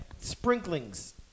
sprinklings